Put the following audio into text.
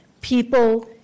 people